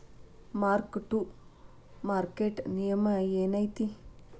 mark to market ನಿಯಮ ಏನೈತಿ